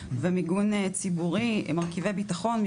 ומיגון ציבורי מרכיבי ביטחון,